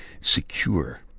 secure